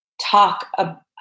talk